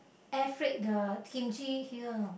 air freight the kimchi here you know